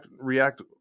react